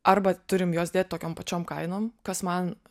arba turim juos dėt tokiom pačiom kainom kas man